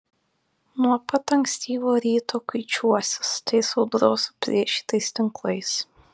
nuo pat ankstyvo ryto kuičiuosi su tais audros suplėšytais tinklais